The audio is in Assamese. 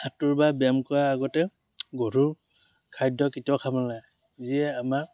সাঁতোৰ বা ব্যায়াম কৰাৰ আগতে গধুৰ খাদ্য কেতিয়াও খাব নালাগে যিয়ে আমাৰ